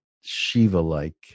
Shiva-like